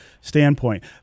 standpoint